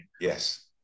Yes